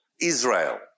Israel